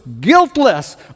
guiltless